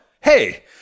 hey